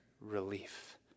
relief